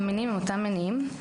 המניעים הם אותם מניעים.